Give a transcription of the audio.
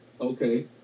Okay